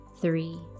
three